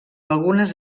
algunes